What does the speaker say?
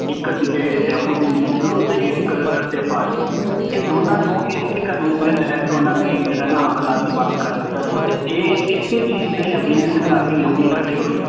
ਇੱਕ ਸੀਗੇ ਸੈਫੁਦੀਨ ਕਿਚਲੂ ਅਤੇ ਇੱਕ ਸੱਤਿਆਪਾਲ ਜੀ ਇਹ ਦੋਨਾਂ ਨੂੰ ਇਸੇ ਕਾਨੂੰਨ ਦੇ ਤਹਿਤ ਉਹਨਾਂ ਨੇ ਜਿਹੜਾ ਹਵਾਲਾਤ 'ਚ ਬੰਦ ਕਰ ਦਿੱਤਾ ਸੀ ਅਤੇ ਇਹ ਇਸੇ ਚੀਜ਼ ਦੇ ਅਗੇਂਨਸਟ ਜਾ ਕੇ ਲੋਕੀ ਇਕੱਠੇ ਹੋਏ ਸੀ